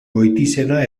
goitizena